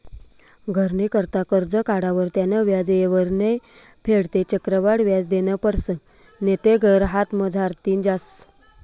घरनी करता करजं काढावर त्यानं व्याज येयवर नै फेडं ते चक्रवाढ व्याज देनं पडसं नैते घर हातमझारतीन जास